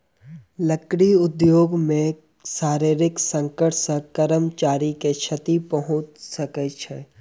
लकड़ी उद्योग मे शारीरिक संकट सॅ कर्मचारी के क्षति पहुंच सकै छै